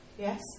Yes